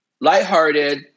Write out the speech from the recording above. lighthearted